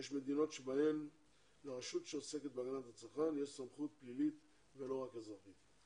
יש מדינות בהן לרשות שעוסקת בהגנת הצרכן יש סמכות פלילית ולא רק אזרחית.